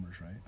right